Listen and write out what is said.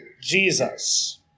Jesus